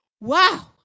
wow